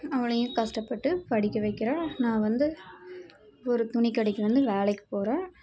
அவளையும் கஷ்டப்பட்டு படிக்க வைக்குற நான் வந்து ஒரு துணி கடைக்கு வந்து வேலைக்கு போகிறேன்